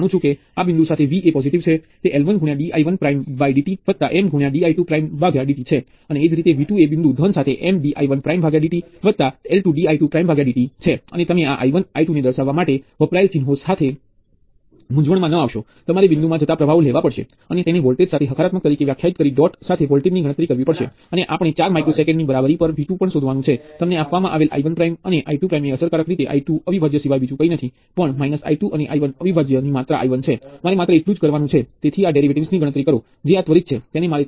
કારણ કે આ પહેલીવાર છે જ્યારે આપણે તેની ચર્ચા કરી રહ્યા છીએ મને લાગે છે કે તમને બધાને આ વિશેષ વસ્તુ નો જવાબ પહેલેથી જ ખબર હશે